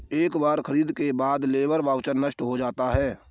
एक बार खरीद के बाद लेबर वाउचर नष्ट हो जाता है